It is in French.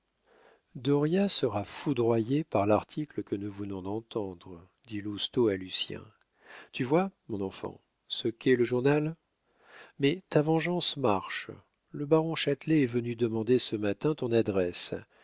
sera foudroyé par l'article que nous venons d'entendre dit lousteau à lucien tu vois mon enfant ce qu'est le journal mais ta vengeance marche le baron châtelet est venu demander ce matin ton adresse